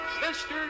Mr